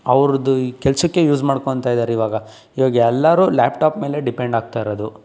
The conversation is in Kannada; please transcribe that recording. ಅವ್ರದು ಈ ಕೆಲಸಕ್ಕೆ ಯೂಸ್ ಮಾಡ್ಕೊತಾ ಇದಾರೆ ಇವಾಗ ಇವಾಗ ಎಲ್ಲರೂ ಲ್ಯಾಪ್ಟಾಪ್ ಮೇಲೆ ಡಿಪೆಂಡ್ ಆಗ್ತಾ ಇರೋದು